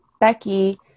Becky